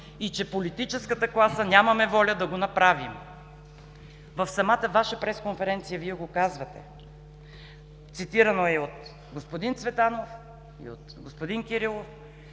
и че политическата класа нямаме воля да го направим. В самата Ваша пресконференция Вие го казвате. Цитирано е от господин Цветанов и от господин Кирилов.